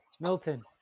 Milton